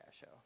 show